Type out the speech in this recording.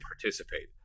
participate